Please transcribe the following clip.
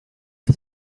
for